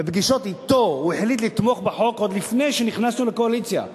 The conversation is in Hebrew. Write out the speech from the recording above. בפגישות אתו הוא החליט לתמוך בחוק עוד לפני שנכנסנו לקואליציה,